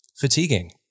fatiguing